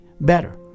better